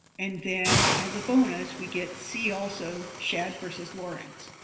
and then as a bonus we get see also schaad versus lawrence.